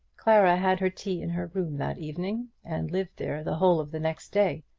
clara had her tea in her room that evening, and lived there the whole of the next day.